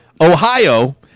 Ohio